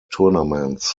tournaments